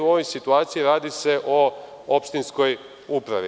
U ovoj situaciji radi se o opštinskoj upravi.